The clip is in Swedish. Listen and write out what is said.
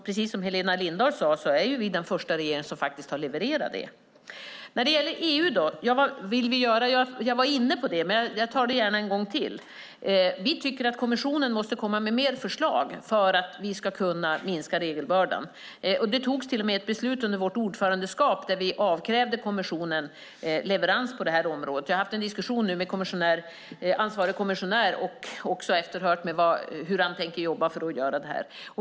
Precis som Helena Lindahl sade är vi den första regering som har levererat detta. Vad vill vi då göra när det gäller EU? Jag var inne på det, men jag tar det gärna en gång till. Vi tycker att kommissionen måste komma med fler förslag för att vi ska kunna minska regelbördan. Det fattades till och med ett beslut under vårt ordförandeskap där vi avkrävde kommissionen leverans på området. Jag har fört en diskussion med ansvarig kommissionär, och efterhört hur han tänker jobba för att göra det här.